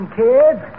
kids